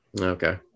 Okay